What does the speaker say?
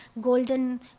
golden